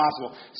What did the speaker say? possible